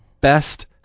best